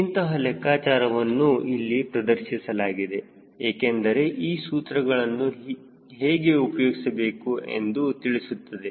ಇಂತಹ ಲೆಕ್ಕಾಚಾರವನ್ನು ಇಲ್ಲಿ ಪ್ರದರ್ಶಿಸಲಾಗಿದೆ ಏಕೆಂದರೆ ಈ ಸೂತ್ರಗಳನ್ನು ಹೇಗೆ ಉಪಯೋಗಿಸಬೇಕು ಎಂದು ತಿಳಿಸುತ್ತದೆ